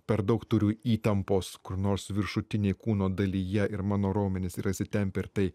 per daug turiu įtampos kur nors viršutinėj kūno dalyje ir mano raumenys yra įsitempę ir tai